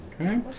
Okay